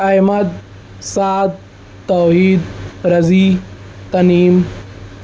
Ahmad Saad Tauheed Razi Taneem